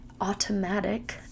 automatic